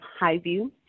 Highview